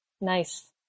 Nice